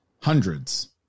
hundreds